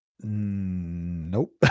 Nope